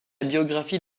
biographie